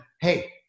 hey